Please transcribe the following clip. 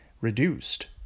reduced